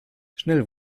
schnell